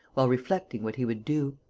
while reflecting what he would do.